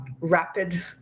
rapid